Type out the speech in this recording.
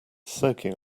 soaking